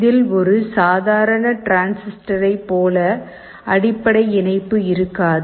இதில் ஒரு சாதாரண டிரான்சிஸ்டரைப் போல அடிப்படை இணைப்பு இருக்காது